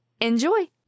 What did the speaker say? Enjoy